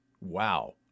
Wow